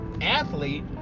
athlete